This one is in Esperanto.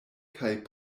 kaj